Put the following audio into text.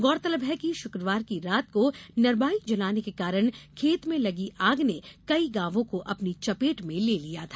गौरतलब है कि शुक्रवार की रात को नरवाई जलाने के कारण खेत में लगी आग ने सटे गांव को अपनी चपेट में ले लिया था